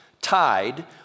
tied